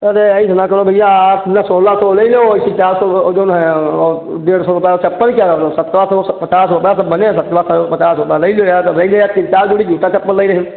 अरे ऐस ना करो भैया आठ दुना सोलह सौ ले लो ऐसी चार सौ और जो है और डेढ़ सौ रुपये चप्पल के और सत्रह सौ वो सब पचास रुपये सब बने सत्रह सौ पचास रुपये ले लो यार अब ले लिया तीन चार जोड़ी जूता चप्पल ले ले हम